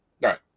Right